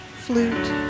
flute